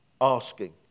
asking